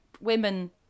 women